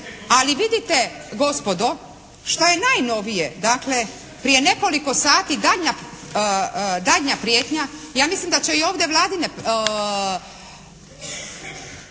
Ali vidite gospodo, što je najnovije dakle prije nekoliko sati daljnja prijetnja. Ja mislim da će i ovdje vladine